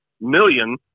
million